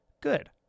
good